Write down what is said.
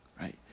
right